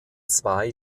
zwei